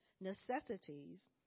necessities